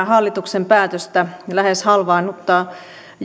hallituksen päätöstä lähes halvaannuttaa